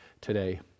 today